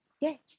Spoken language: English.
Yay